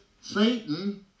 Satan